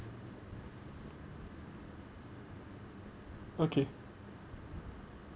okay